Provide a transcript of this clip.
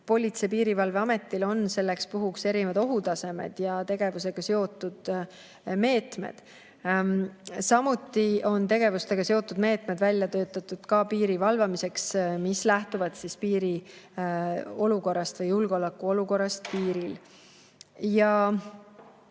Politsei- ja Piirivalveametil on selleks puhuks erinevad ohutasemed ja tegevusega seotud meetmed. Samuti on tegevustega seotud meetmed välja töötatud piiri valvamiseks, need lähtuvad piiriolukorrast või julgeolekuolukorrast piiril.